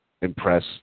impress